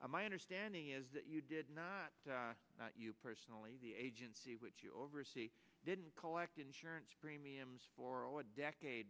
of my understanding is that you did not that you personally the agency would you oversee didn't collect insurance premiums for a decade